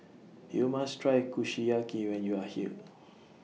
YOU must Try Kushiyaki when YOU Are here